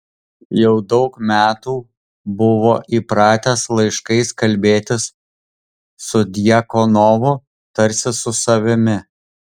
jau daug metų buvo įpratęs laiškais kalbėtis su djakonovu tarsi su savimi